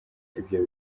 ibyo